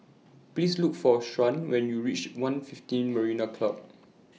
Please Look For Sharyn when YOU REACH one fifteen Marina Club